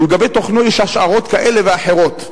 ולגבי תוכנו יש השערות כאלה ואחרות,